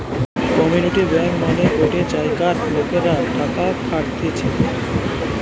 community bank মানে গটে জায়গার লোকরা টাকা খাটতিছে